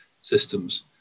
systems